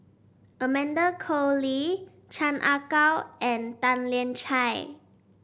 Amanda Koe Lee Chan Ah Kow and Tan Lian Chye